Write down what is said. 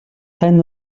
хань